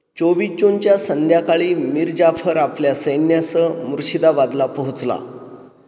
चोवीस जूनच्या संध्याकाळी मीर जाफर आपल्या सैन्यासह मुर्शिदाबादला पोहोचला